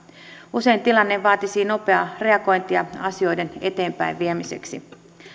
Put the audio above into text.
usein tilanne vaatisi nopeaa reagointia asioiden eteenpäinviemiseksi